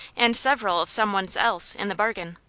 and several of someone's else, in the bargain.